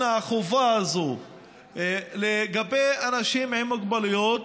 החובה הזאת לגבי אנשים עם מוגבלויות,